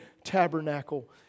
tabernacle